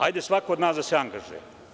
Hajde svako od nas da se angažuje.